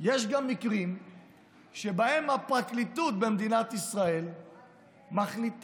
יש גם מקרים שבהם הפרקליטות במדינת ישראל מחליטה,